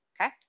Okay